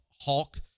hulk